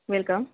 welcome